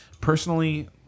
Personally